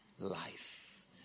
life